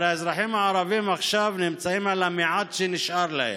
הרי האזרחים הערבים נמצאים עכשיו עם המעט שנשאר להם,